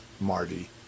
Marty